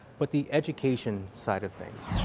but the education side of things.